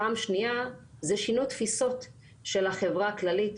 פעם שנייה זה שינוי תפיסות של החברה הכללית,